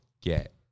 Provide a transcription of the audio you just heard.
Get